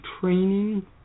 training